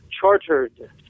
chartered